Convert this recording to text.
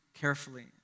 carefully